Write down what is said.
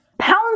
Pounds